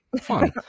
Fun